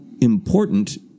important